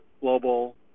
Global